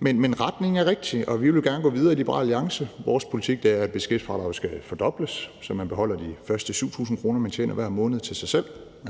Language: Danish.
men retningen er rigtig, og vi vil gerne gå videre i Liberal Alliance. Vores politik er, at beskæftigelsesfradraget skal fordobles, så man beholder de første 7.000 kr., man tjener hver måned, til sig selv.